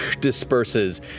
disperses